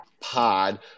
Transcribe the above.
pod